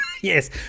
Yes